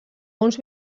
uns